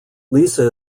lisa